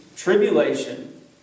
tribulation